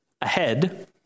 ahead